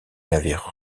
navires